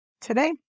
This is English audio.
Today